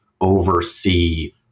oversee